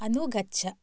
अनुगच्छ